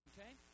Okay